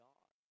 God